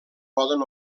poden